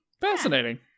fascinating